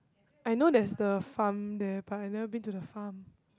I know there's the farm there but I never been to the farm